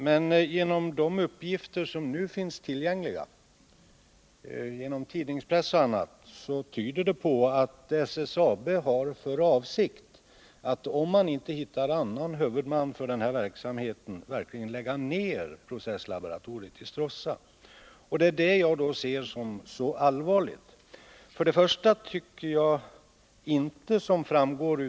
Men enligt tillgängliga uppgifter — i bl.a. pressen — har SSAB verkligen för avsikt att lägga ned processlaboratoriet i Stråssa, om man inte hittar en huvudman för verksamheten. Jag ser mycket allvarligt på detta.